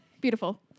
Beautiful